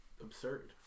absurd